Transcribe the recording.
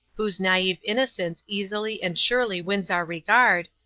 whose naive innocence easily and surely wins our regard,